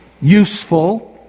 useful